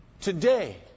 today